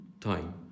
time